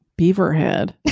Beaverhead